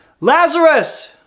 Lazarus